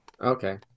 Okay